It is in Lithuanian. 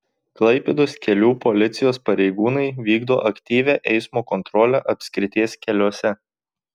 klaipėdos kelių policijos pareigūnai vykdo aktyvią eismo kontrolę apskrities keliuose